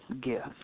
gift